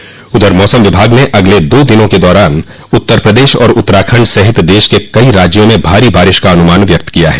मौसम विभाग ने अगले दो दिनों के दौरान उत्तर प्रदेश और उत्तराखंड सहित देश के कई राज्यों में भारी बारिश का अनुमान व्यक्त किया है